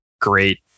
great